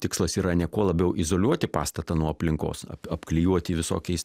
tikslas yra ne kuo labiau izoliuoti pastatą nuo aplinkos apklijuoti visokiais